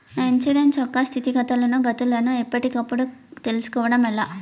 నా ఇన్సూరెన్సు యొక్క స్థితిగతులను గతులను ఎప్పటికప్పుడు కప్పుడు తెలుస్కోవడం ఎలా?